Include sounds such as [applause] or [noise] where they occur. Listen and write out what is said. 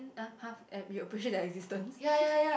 uh uh eh you'll appreciate their existence [breath]